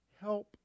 help